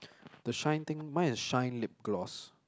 the shine thing mine is shine lip gross